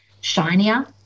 shinier